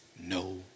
no